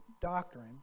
doctrine